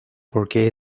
porque